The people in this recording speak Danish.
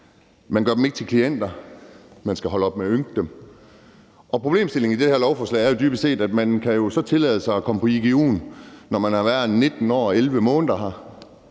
Man gør dem ikke til klienter. Man skal holde op med at ynke dem. Problemstillingen med det her lovforslag er jo dybest set, at man kan tillade sig at komme på igu'en, når man har været her i 19 år og 11 måneder.